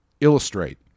Illustrate